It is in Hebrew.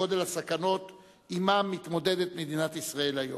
גודל הסכנות שעמם מתמודדת מדינת ישראל היום.